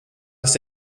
das